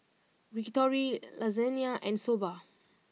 Yakitori Lasagne and Soba